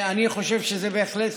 אני חושב שזה בהחלט